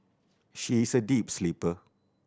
she is a deep sleeper